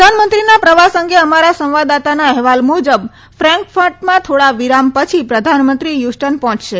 પ્રધાનમંત્રીના પ્રવાસ અંગે અમારા સંવાદદાતાના અહેવાલ મુજબ ફેંકફર્ટમાં થોડા વિરામ પછી પ્રધાનમંત્રી હ્યુસ્ટન પહોંચશે